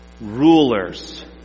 rulers